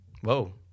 Whoa